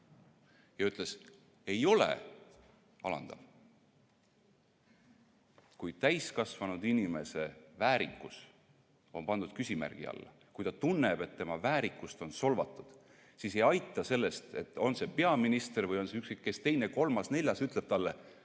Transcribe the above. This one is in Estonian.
tema ütles: ei ole alandav. Kui täiskasvanud inimese väärikus on pandud küsimärgi alla, kui ta tunneb, et tema väärikust on solvatud, siis ei aita sellest, kui keegi – on see peaminister või on see ükskõik kes, teine, kolmas või neljas – ütleb talle: